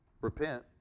repent